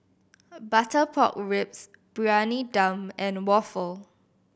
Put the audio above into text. butter pork ribs Briyani Dum and waffle